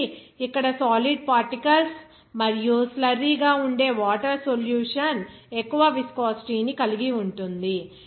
కాబట్టి ఇక్కడ solid particles మరియు స్లర్రీ గా ఉండే వాటర్ సొల్యూషన్ ఎక్కువ విస్కోసిటీ ను కలిగి ఉంటుంది